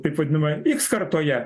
kaip vadinamoj iks kartoje